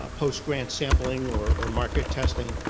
ah post-grant sampling or market testing,